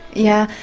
yeah,